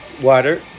water